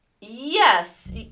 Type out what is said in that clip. Yes